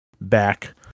back